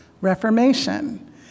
Reformation